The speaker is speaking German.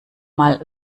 mal